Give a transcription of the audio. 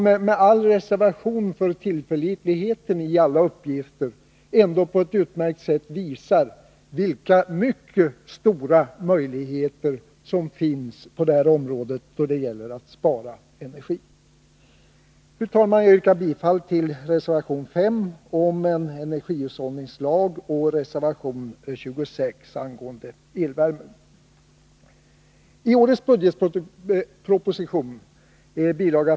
Där visades — med all reservation för tillförlitligheten när det gäller alla uppgifter — på ett utmärkt sätt vilka mycket stora möjligheter som finns på det här området då det gäller att spara energi. Fru talman! Jag yrkar bifall till reservation 5 om en energihushållningslag och till reservation 26 angående elvärmen. I årets budgetproposition, bil.